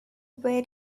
very